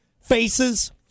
faces